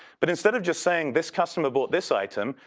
but instead of just saying this customer bought this item,